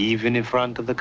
even in front of the